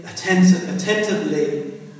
attentively